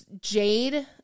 jade